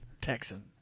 Texan